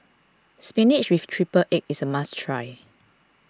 Spinach with Triple Egg is a must try